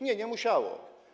Nie, nie musiało.